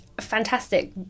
fantastic